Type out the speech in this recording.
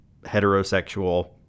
heterosexual